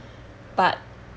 but